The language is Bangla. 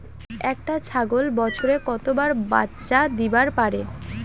একটা ছাগল বছরে কতবার বাচ্চা দিবার পারে?